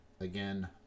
Again